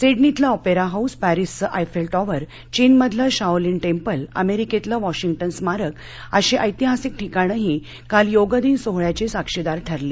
सिडनीतलं ऑपपीहाऊस पश्सिचं आयफ्वि टॉवर चीन मधलं शाओलिन टेंपल अमश्कितिलं वॉशिंग्टन स्मारक अशी ऐतिहासिक ठिकाणंही काल योगदिन सोहळ्याची साक्षीदार ठरली